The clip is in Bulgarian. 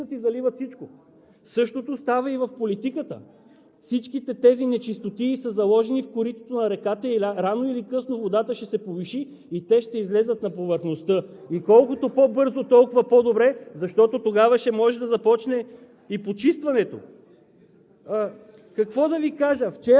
Те лежат невидими в коритата на реката и като се вдигне водата, излизат и заливат всичко. Същото става и в политиката. Всичките тези нечистотии са заложени в коритото на реката и рано или късно водата ще се повиши и те ще излязат на повърхността. И колкото по-бързо, толкова по-добре, защото тогава ще може да започне